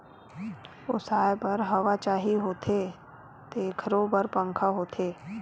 ओसाए बर हवा चाही होथे तेखरो बर पंखा होथे